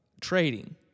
trading